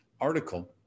article